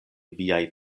viaj